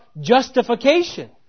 justification